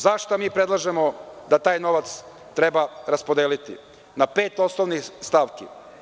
Za šta mi predlažemo da taj novac treba raspodeliti, na pet osnovnih stavki.